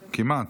כמעט,